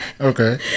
Okay